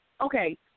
Okay